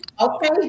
okay